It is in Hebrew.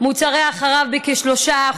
מוצרי החלב, בכ-3%,